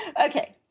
Okay